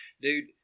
dude